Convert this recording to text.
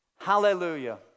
Hallelujah